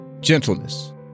Gentleness